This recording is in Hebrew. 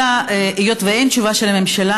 היות שאין תשובה של הממשלה,